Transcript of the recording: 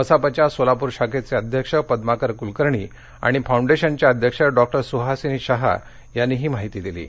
मसापच्या सोलापूर शाखेचे अध्यक्ष पद्माकर कुलकर्णी आणि फाउंडेशनच्या अध्यक्ष डॉक्टर सुहासिनी शहा यांनी ही माहिती दिली आहे